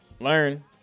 learn